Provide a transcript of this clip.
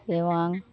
এবং